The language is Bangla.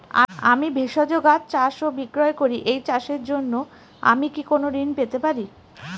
আমি ভেষজ গাছ চাষ ও বিক্রয় করি এই চাষের জন্য আমি কি কোন ঋণ পেতে পারি?